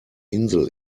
insel